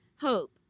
hope